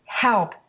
help